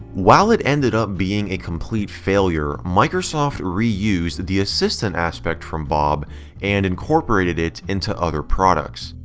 while it ended up being a complete failure, microsoft reused the assistant aspect from bob and incorporated it into other products.